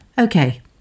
Okay